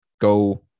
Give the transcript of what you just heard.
go